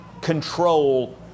control